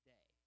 Day